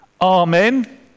Amen